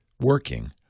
working